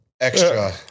extra